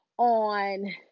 on